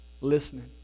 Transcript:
listening